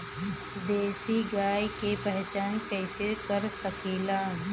देशी गाय के पहचान कइसे कर सकीला?